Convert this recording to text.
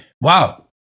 wow